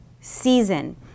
season